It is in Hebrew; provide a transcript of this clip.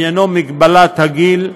שעניינו מגבלת הגיל,